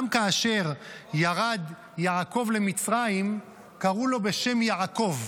גם כאשר ירד יעקב למצרים קראו לו בשם "יעקב",